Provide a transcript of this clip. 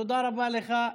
תודה רבה לך.